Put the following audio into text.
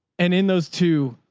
and in those two,